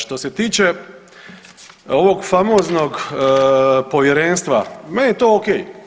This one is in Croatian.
Što se tiče ovog famoznog povjerenstva, meni je to ok.